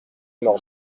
numéro